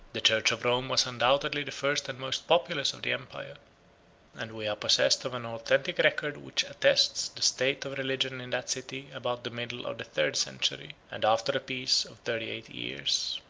the church of rome was undoubtedly the first and most populous of the empire and we are possessed of an authentic record which attests the state of religion in that city about the middle of the third century, and after a peace of thirty-eight years.